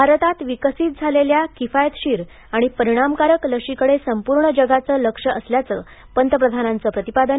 भारतात विकसित झालेल्या किफायतशीर आणि परिणामकारक लशीकडे संपूर्ण जगाचं लक्ष असल्याचं पंतप्रधानांचं प्रतिपादन